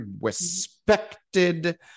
respected